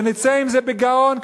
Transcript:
ונצא עם זה בגאון,